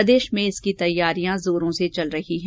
प्रदेशभर में इसकी तैयारियां जोरो से चल रही है